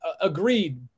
Agreed